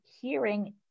hearing